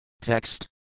Text